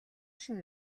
шинэ